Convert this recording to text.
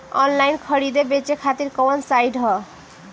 Online खरीदे बेचे खातिर कवन साइड ह?